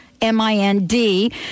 m-i-n-d